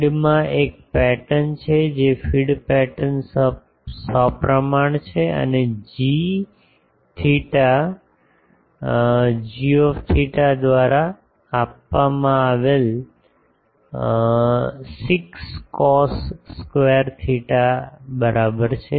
ફીડમાં એક પેટર્ન છે જે ફીડ પેટર્ન સપ્રમાણ છે અને જી થેટા દ્વારા આપવામાં આવેલ 6 કોસ સ્ક્વેર થેટા બરાબર છે